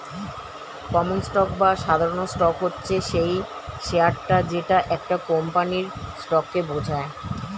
common stock বা সাধারণ stock হচ্ছে সেই শেয়ারটা যেটা একটা কোম্পানির স্টককে বোঝায়